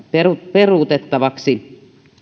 peruutettavaksi